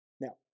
Now